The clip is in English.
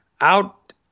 out